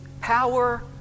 power